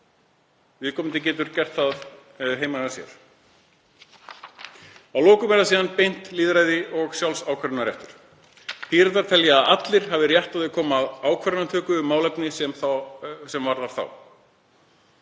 viðkomandi getur gert það heima hjá sér. Að lokum er það síðan beint lýðræði og sjálfsákvörðunarréttur. Píratar telja að allir hafi rétt til að koma að ákvarðanatöku um málefni sem varða þá.